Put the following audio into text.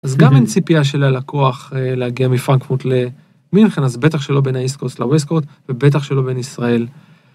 אז גם אין ציפייה של הלקוח להגיע מפרנקפורט למינכן אז בטח שלא בין האיסט קוסט לווסט קוסט ובטח שלא בין ישראל.